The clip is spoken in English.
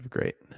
Great